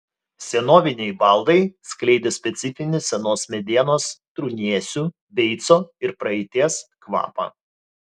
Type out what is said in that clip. senoviniai baldai skleidė specifinį senos medienos trūnėsių beico ir praeities kvapą